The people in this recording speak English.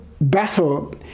battle